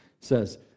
says